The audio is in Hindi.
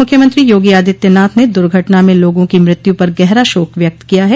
मुख्यमंत्री योगी आदित्यनाथ ने दुर्घटना में लोगों की मृत्यु पर गहरा शोक व्यक्त किया है